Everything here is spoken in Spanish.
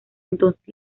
entonces